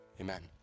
amen